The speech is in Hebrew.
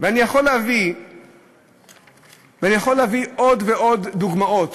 אני יכול להביא עוד ועוד דוגמאות,